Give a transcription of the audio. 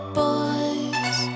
boys